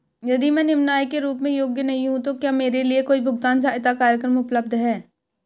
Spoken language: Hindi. यदि मैं निम्न आय के रूप में योग्य नहीं हूँ तो क्या मेरे लिए कोई भुगतान सहायता कार्यक्रम उपलब्ध है?